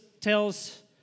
tells